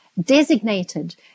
designated